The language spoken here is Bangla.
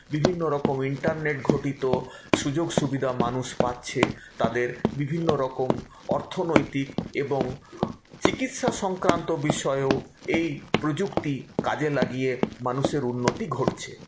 বিভিন্ন রকমের ইন্টারনেট ঘটিত সুযোগ সুবিধা মানুষ পাচ্ছে তাদের বিভিন্ন রকম অর্থনৈতিক এবং চিকিৎসা সংক্রান্ত বিষয়েও এই প্রযুক্তি কাজে লাগিয়ে মানুষের উন্নতি ঘটছে